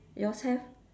yours have